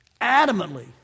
adamantly